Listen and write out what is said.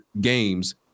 games